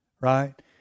right